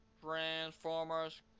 Transformers